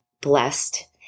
blessed